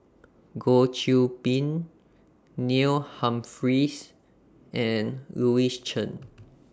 Goh Qiu Bin Neil Humphreys and Louis Chen